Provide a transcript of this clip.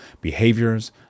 behaviors